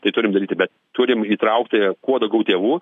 tai turim daryti bet turim įtraukti kuo daugiau tėvų